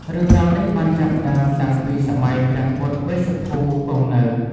រឿងរ៉ាវនេះបានចាប់ផ្ដើមតាំងពីសម័យ ព្រះពុទ្ធវេស្សភូ គង់នៅ។